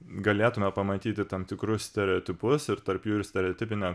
galėtume pamatyti tam tikrus stereotipus ir tarp jų ir stereotipinę